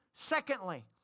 Secondly